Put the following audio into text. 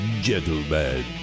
gentlemen